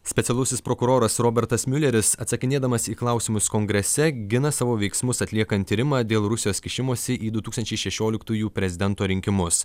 specialusis prokuroras robertas miuleris atsakinėdamas į klausimus kongrese gina savo veiksmus atliekant tyrimą dėl rusijos kišimosi į du tūkstančiai šešioliktųjų prezidento rinkimus